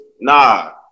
Nah